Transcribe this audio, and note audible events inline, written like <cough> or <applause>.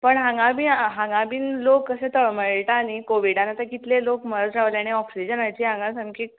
पूण हांगा बी आं हांगा बी लोक अशे तळमळटा न्हय कोविडान आतां कितले लोक मरता <unintelligible> ऑक्सिजनाची हांगा सामकी